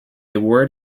award